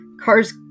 Cars